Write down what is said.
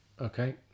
Okay